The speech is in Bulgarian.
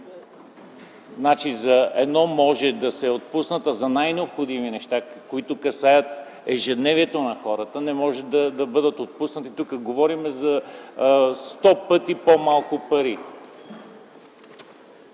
Значи за едно може да се отпуснат средства, а за най-необходими неща, които касаят ежедневието на хората, не може да се отпуснат. Тук говорим за сто пъти по-малко пари.